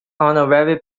honorary